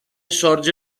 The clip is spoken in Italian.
sorge